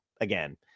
again